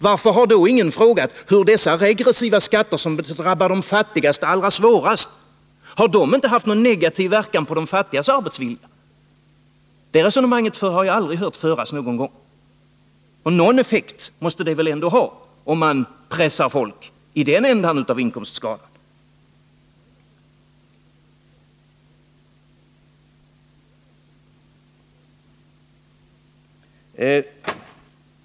Jag vill här fråga: Har inte dessa regressiva skatter, som drabbar de fattigaste allra svårast, haft någon inverkan på de fattigas arbetsvilja? Det resonemanget har jag aldrig hört, men någon effekt måste det väl ändå ha, om man pressar folk i den ändan av inkomstska lan.